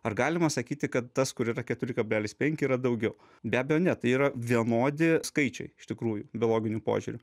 ar galima sakyti kad tas kur yra keturi kablelis penki yra daugiau be abejo ne tai yra vienodi skaičiai iš tikrųjų biologiniu požiūriu